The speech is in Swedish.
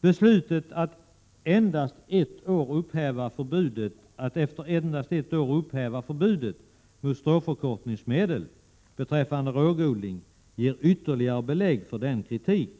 Beslutet att efter endast ett år upphäva förbudet mot stråförkortningsmedel beträffande rågodling ger ytterligare belägg för den kritik